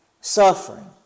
suffering